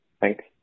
Thanks